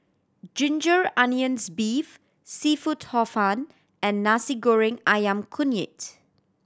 ginger onions beef seafood Hor Fun and Nasi Goreng Ayam Kunyit